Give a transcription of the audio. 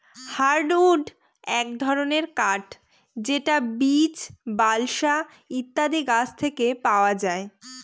hardwood এক ধরনের কাঠ যেটা বীচ, বালসা ইত্যাদি গাছ থেকে পাওয়া যায়